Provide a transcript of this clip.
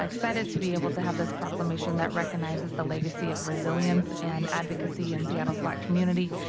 excited to be able to have the sparkle mission that recognizes the legacy of resilience and advocacy in seattle's black community,